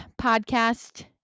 podcast